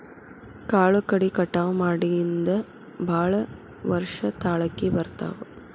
ಕಾಳು ಕಡಿ ಕಟಾವ ಮಾಡಿಂದ ಭಾಳ ವರ್ಷ ತಾಳಕಿ ಬರ್ತಾವ